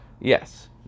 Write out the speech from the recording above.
Yes